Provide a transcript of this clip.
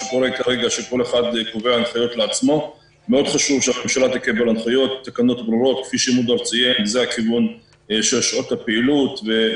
קודם כל צריך בוודאי נוכחות משטרתית